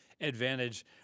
advantage